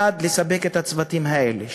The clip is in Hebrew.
1. לספק את הצוותים האלה,